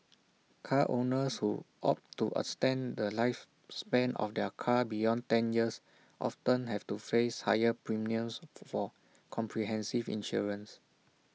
car owners who opt to extend the lifespan of their car beyond ten years often have to face higher premiums for comprehensive insurance